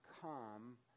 come